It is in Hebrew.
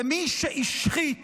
כמי שהשחית